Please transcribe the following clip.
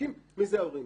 ובודקים מי זה ההורים.